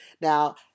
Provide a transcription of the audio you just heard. Now